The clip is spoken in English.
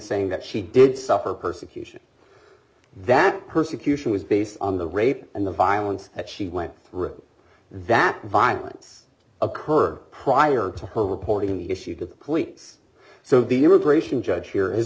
saying that she did suffer persecution that persecution was based on the rape and the violence that she went through that violence occur prior to her reporting the issue to the police so the immigration judge here is